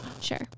Sure